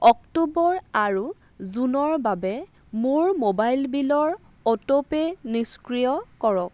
অক্টোবৰ আৰু জুনৰ বাবে মোৰ ম'বাইল বিলৰ অট'পে নিষ্ক্ৰিয় কৰক